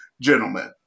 gentlemen